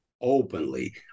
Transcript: openly